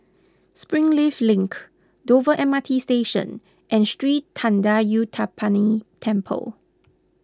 Springleaf Link Dover M R T Station and Sri thendayuthapani Temple